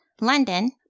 London